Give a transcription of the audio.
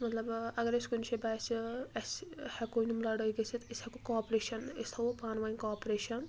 مطلب اَگر اَسہِ کُنہِ جایہِ باسہِ اسہِ ہٮ۪کو یِم لڑایہِ گژھِتھ أسۍ ہٮ۪کو کاپریشن أسۍ تھاوو پانہٕ ؤنۍ کاپریشن